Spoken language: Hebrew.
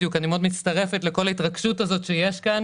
אני מאוד מצטרפת לכל ההתרגשות שיש כאן